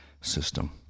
system